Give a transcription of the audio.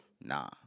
Nah